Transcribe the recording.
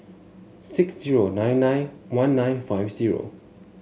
six zero nine nine one nine five zero